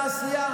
ובתעשייה?